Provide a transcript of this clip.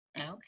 okay